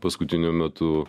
paskutiniu metu